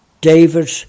David